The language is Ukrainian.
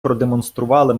продемонстрували